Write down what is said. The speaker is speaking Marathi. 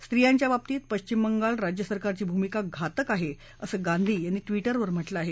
स्वियांच्या बाबतीत पश्चिम बंगाल राज्य सरकारची भूमिका घातक असल्याचंही गांधी यांनी ट्वीटरवर म्हटलं आहे